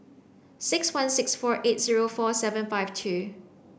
six one six four eight zero four seven five two